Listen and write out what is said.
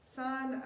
son